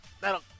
that'll